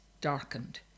darkened